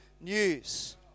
news